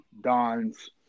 Don's